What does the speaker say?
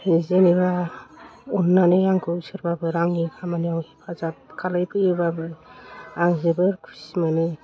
जेनेबा अन्नानै आंखौ सोरबाफोर आंनि खामानियाव हेफाजाब खालायफैयोबाबो आं जोबोद खुसि मोनो